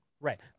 Right